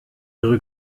ihre